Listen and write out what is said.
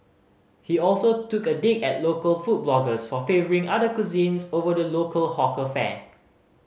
he also took a dig at local food bloggers for favouring other cuisines over the local hawker fare